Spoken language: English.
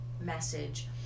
message